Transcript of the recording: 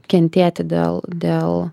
kentėti dėl dėl